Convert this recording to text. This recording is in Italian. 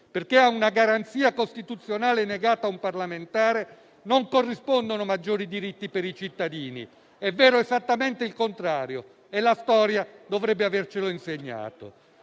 Perché a una garanzia costituzionale negata a un parlamentare non corrispondono maggiori diritti per i cittadini: è vero esattamente il contrario e la storia dovrebbe avercelo insegnato.